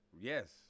Yes